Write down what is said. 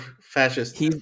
fascist